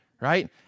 right